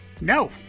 No